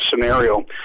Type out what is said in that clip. scenario